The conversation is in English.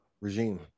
regime